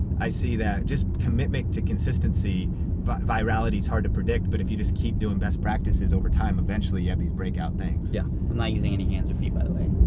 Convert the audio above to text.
i see that, just commitment to consistency but virality is hard to predict, but if you just keep doing best practices, over time eventually you have these break out things. yeah i'm not using any hands or feet, by the way.